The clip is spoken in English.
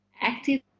active